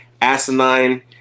asinine